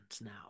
now